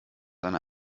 einer